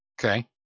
Okay